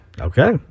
Okay